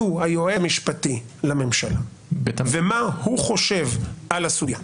הוא היועץ המשפטי לממשלה ומה הוא חושב על הסוגייה,